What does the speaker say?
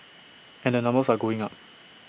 and the numbers are going up